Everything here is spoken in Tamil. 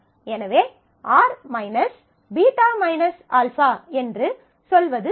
எனவே R β α என்று சொல்வது சரி